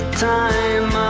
time